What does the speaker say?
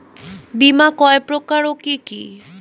বীমা কয় প্রকার কি কি?